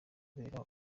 kabera